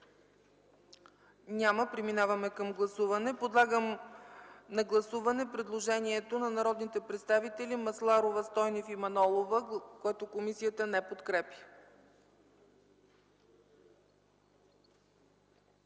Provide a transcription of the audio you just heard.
Изказвания? Няма. Подлагам на гласуване предложението на народните представители Масларова, Стойнев и Манолова, което комисията не подкрепя.